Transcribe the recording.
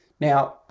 Now